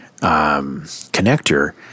connector